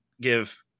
give